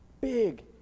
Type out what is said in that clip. big